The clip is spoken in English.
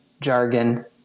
jargon